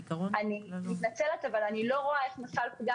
אני מתנצלת אבל אני לא רואה איך נפל פגם